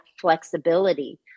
flexibility